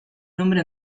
nombre